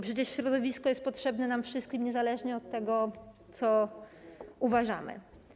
Przecież środowisko jest potrzebne nam wszystkim niezależnie od tego, co uważamy.